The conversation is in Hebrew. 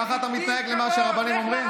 ככה אתה מתנהג למה שרבנים אומרים?